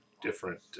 different